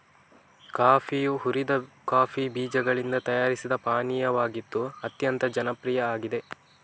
ಕಾಫಿಯು ಹುರಿದ ಕಾಫಿ ಬೀಜಗಳಿಂದ ತಯಾರಿಸಿದ ಪಾನೀಯವಾಗಿದ್ದು ಅತ್ಯಂತ ಜನಪ್ರಿಯ ಆಗಿದೆ